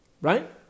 right